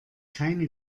keine